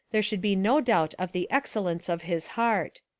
there should be no doubt of the excellence of his heart.